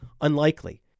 unlikely